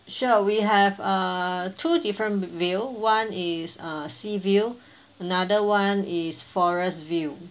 sure we have uh two different vi~ view one is uh sea view another one is forest view